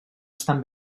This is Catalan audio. estan